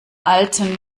alten